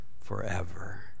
forever